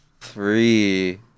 three